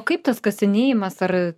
kaip tas kasinėjimas ar